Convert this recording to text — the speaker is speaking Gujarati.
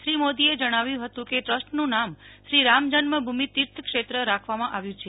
શ્રી મોદીએ જણાવ્યું હતું કે ટ્રસ્ટનું નામ શ્રી રામજન્મભૂમિ તીર્થ ક્ષેત્ર રાખવામાં આવ્યું છે